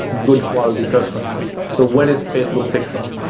good quality customers so, what is facebook pixel?